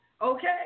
Okay